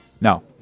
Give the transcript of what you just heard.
No